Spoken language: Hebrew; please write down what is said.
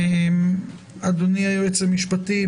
אדוני היועץ משפטי,